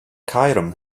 cairum